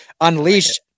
unleash